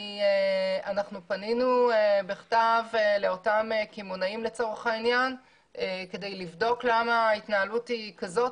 אנחנו פנינו בכתב לאותם קמעונאים כדי לבדוק למה ההתנהלות היא כזאת,